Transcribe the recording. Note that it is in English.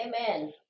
Amen